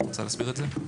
את רוצה להסביר את זה?